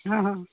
हाँ हाँ